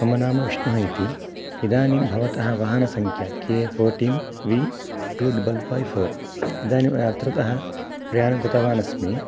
मम नाम विष्णुः इति इदानीं भवतः वाहनसङ्क्या K fourteen V two double five four इदानी अत्रतः प्रयाणं कृतवान् अस्मि